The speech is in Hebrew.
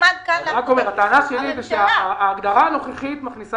הטענה שלי היא שההגדרה הנוכחית מכניסה